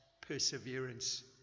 perseverance